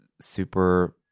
super